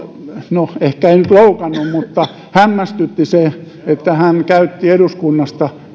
ei nyt ehkä loukannut mutta hämmästytti se että hän käytti eduskunnasta